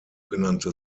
genannte